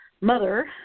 mother